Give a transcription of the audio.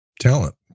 talent